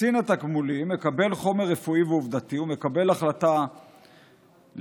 קצין התגמולים מקבל חומר רפואי ועובדתי ומקבל לפיו החלטה אם